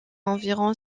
environ